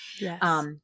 Yes